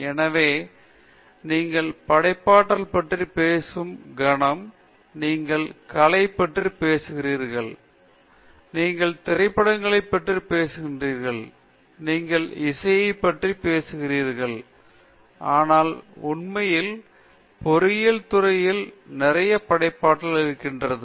எனவே நீங்கள் படைப்பாற்றல் பற்றி பேசும் கணம் நீங்கள் கலை பற்றி பேசுகிறீர்கள் நீங்கள் திரைப்படங்களைப் பற்றி பேசுகிறீர்கள் நீங்கள் இசையைப் பற்றி பேசுகிறீர்கள் ஆனால் உண்மையில் பொறியியல் துறையில் நிறைய படைப்பாற்றல் இருக்கிறது